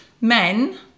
men